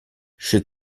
she